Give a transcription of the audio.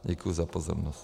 Děkuji za pozornost.